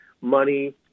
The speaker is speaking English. Money